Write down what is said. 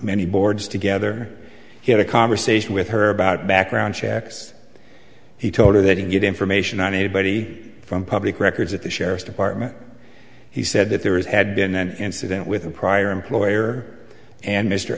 many boards together he had a conversation with her about background checks he told her they didn't get information on anybody from public records at the sheriff's department he said that there is had been an incident with a prior employer and mr